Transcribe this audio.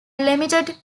limited